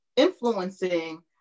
influencing